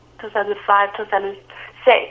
2005-2006